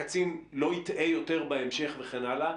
הקצין לא יטעה יותר בהמשך וכן הלאה,